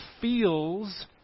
feels